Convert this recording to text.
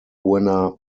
winner